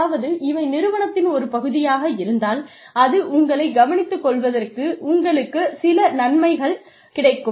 அதாவது இவை நிறுவனத்தின் ஒரு பகுதியாக இருந்தால் அது உங்களைக் கவனித்துக்கொள்வதற்கு உங்களுக்கு சில நன்மைகள் கிடைக்கும்